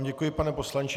Děkuji vám, pane poslanče.